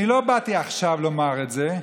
אני לא באתי עכשיו לומר את זה,